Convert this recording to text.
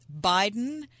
Biden